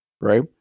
right